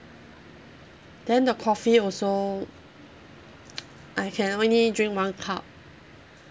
then the coffee also I can only drink one cup